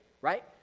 right